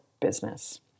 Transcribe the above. business